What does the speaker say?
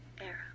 era